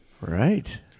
Right